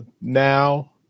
now